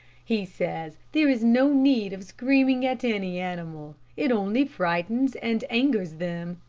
he says there is no need of screaming at any animal. it only frightens and angers them.